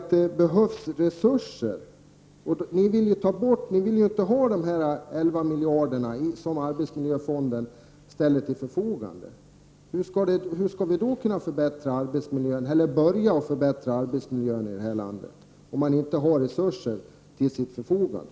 Men det behövs också resurser. Ni vill ju inte ha dessa 11 miljarder kronor som ställs till förfogande genom arbetslivsfonden. Hur skall vi kunna börja förbättra arbetsmiljöerna i det här landet om vi inte har resurser till vårt förfogande?